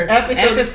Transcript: episode